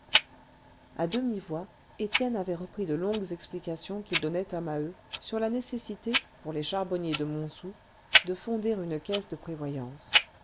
a demi-voix étienne avait repris de longues explications qu'il donnait à maheu sur la nécessité pour les charbonniers de montsou de fonder une caisse de prévoyance